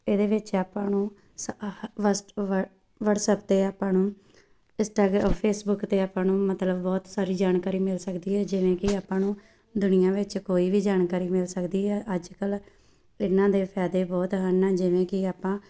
ਇਹਦੇ ਵਿੱਚ ਆਪਾਂ ਨੂੰ ਸ ਆਹ ਵਟਸ ਵਟ ਵਟਸਐਪ 'ਤੇ ਆਪਾਂ ਨੂੰ ਇਸਟਾਗ ਫੇਸਬੁੱਕ 'ਤੇ ਆਪਾਂ ਨੂੰ ਮਤਲਬ ਬਹੁਤ ਸਾਰੀ ਜਾਣਕਾਰੀ ਮਿਲ ਸਕਦੀ ਹੈ ਜਿਵੇਂ ਕਿ ਆਪਾਂ ਨੂੰ ਦੁਨੀਆਂ ਵਿੱਚ ਕੋਈ ਵੀ ਜਾਣਕਾਰੀ ਮਿਲ ਸਕਦੀ ਹੈ ਅੱਜ ਕੱਲ੍ਹ ਇਹਨਾਂ ਦੇ ਫ਼ਾਇਦੇ ਬਹੁਤ ਹਨ ਜਿਵੇਂ ਕਿ ਆਪਾਂ